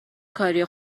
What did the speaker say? کاریه